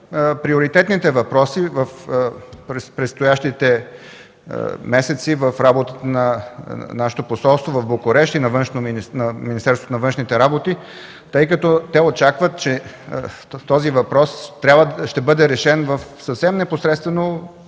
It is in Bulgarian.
приоритетните въпроси в предстоящите месеци в работата на нашето посолство в Букурещ и на Министерството на външните работи, тъй като те очакват, че този въпрос ще бъде решен съвсем в непосредствено